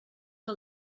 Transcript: que